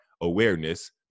awareness